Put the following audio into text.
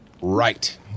Right